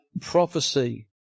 prophecy